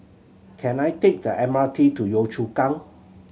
can I take the M R T to Yio Chu Kang